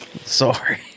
Sorry